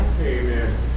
Amen